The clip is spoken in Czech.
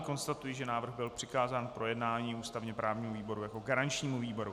Konstatuji, že návrh byl přikázán k projednání ústavněprávnímu výboru jako garančnímu výboru.